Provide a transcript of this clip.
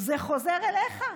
זה חוזר אליך.